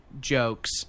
jokes